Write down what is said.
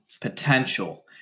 potential